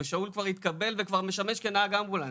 ושאול כבר התקבל וכבר משמש כנהג אמבולנס